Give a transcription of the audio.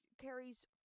carries